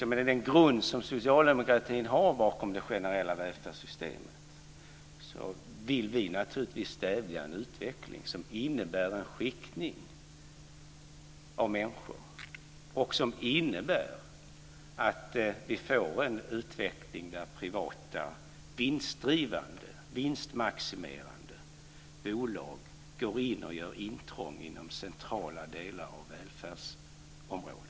Med den grund som socialdemokratin har för det generella välfärdssystemet vill vi naturligtvis stävja en utveckling som innebär en skiktning av människor. Vi vill inte ha en utveckling där privata vinstdrivande, vinstmaximerande, bolag gör intrång i centrala delar av välfärdsområdet.